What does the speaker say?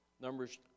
Numbers